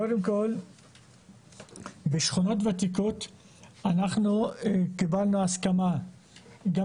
קודם כל בשכונות ותיקות אנחנו קיבלנו הסכמה גם